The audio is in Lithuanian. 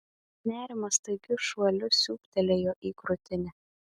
nerimas staigiu šuoliu siūbtelėjo į krūtinę